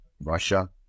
Russia